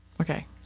Okay